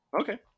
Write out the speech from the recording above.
Okay